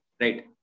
right